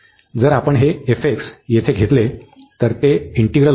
जर आपण हे येथे घेतले तर ते इंटिग्रल होते